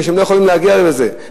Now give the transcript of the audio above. משום שהם לא יכולים להגיע לזה,